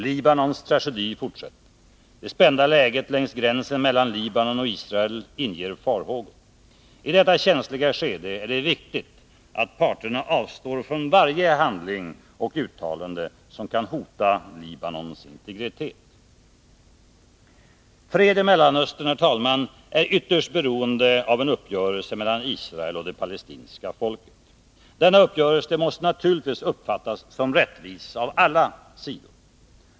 Libanons tragedi fortsätter. Det spända läget längs gränsen mellan Libanon och Israel inger farhågor. I detta känsliga skede är det viktigt att parterna avstår från varje handling och varje uttalande som kan hota Libanons integritet. Fred i Mellanöstern, herr talman, är ytterst beroende av en uppgörelse mellan Israel och det palestinska folket. Denna uppgörelse måste naturligtvis uppfattas som rättvis av alla sidor.